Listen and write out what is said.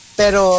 pero